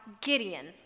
Gideon